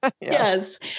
Yes